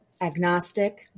Agnostic